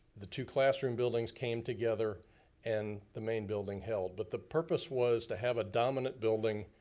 the two classroom buildings came together and the main building held. but the purpose was to have a dominant building,